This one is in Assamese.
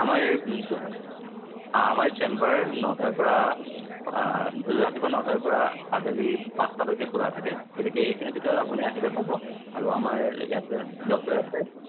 আমাৰ এই আমাৰ চেম্বাৰ নটাৰ পৰা ৰাতিপুৱা নটাৰ পৰা আবেলি পাঁচটালৈকে খোলা থাকে গতিকে এইখিনিৰ ভিতৰত আপুনি আহিলে পাব আৰু আমাৰ ইয়াতে ডক্তৰ আছে